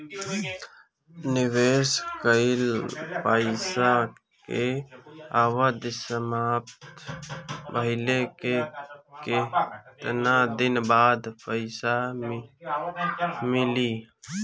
निवेश कइल पइसा के अवधि समाप्त भइले के केतना दिन बाद पइसा मिली?